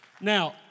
Now